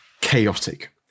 chaotic